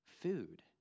food